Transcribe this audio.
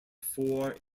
four